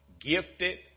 Gifted